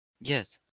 Yes